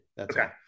Okay